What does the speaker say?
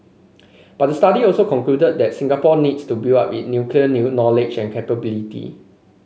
but the study also concluded that Singapore needs to build up it nuclear knowledge and capability